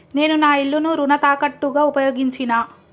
నేను నా ఇల్లును రుణ తాకట్టుగా ఉపయోగించినా